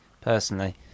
personally